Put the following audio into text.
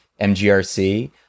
MGRC